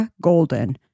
Golden